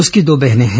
उसकी दो बहनें हैं